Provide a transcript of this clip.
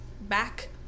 back